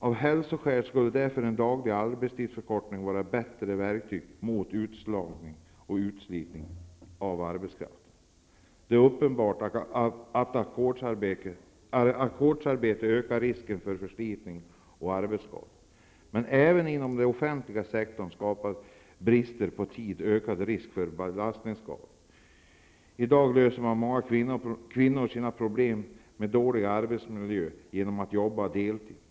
Av hälsoskäl skulle därför en daglig arbetstidsförkortning vara ett bra verktyg mot utslitning av arbetskraften. Det är uppenbart att ackordsarbete ökar risken för förslitningar och arbetsskador. Men även inom den offentliga sektorn skapar bristen på tid ökad risk för belastningsskador. I dag löser många kvinnor problemen med dålig arbetsmiljö genom att jobba deltid.